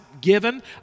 given